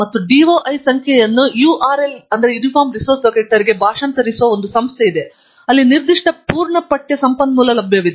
ಮತ್ತು DOI ಸಂಖ್ಯೆಯನ್ನು URL ಗೆ ಭಾಷಾಂತರಿಸುವ ಒಂದು ಸಂಸ್ಥೆ ಇದೆ ಅಲ್ಲಿ ನಿರ್ದಿಷ್ಟ ಪೂರ್ಣ ಪಠ್ಯ ಸಂಪನ್ಮೂಲ ಲಭ್ಯವಿದೆ